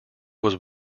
was